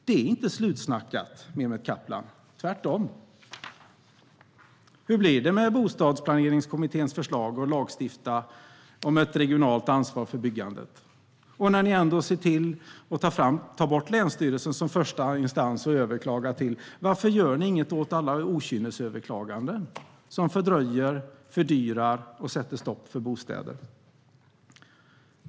Det är inte slutsnackat, Mehmet Kaplan - tvärtom! Hur blir det med Bostadsplaneringskommitténs förslag att lagstifta om ett regionalt ansvar för byggandet? Och när ni nu ändå ser till att ta bort länsstyrelserna som första instans att överklaga till, varför gör ni inget åt alla okynnesöverklaganden som fördröjer, fördyrar och sätter stopp för bostäder?